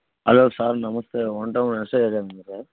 hello sir నమస్తే one town SI గారా మీరు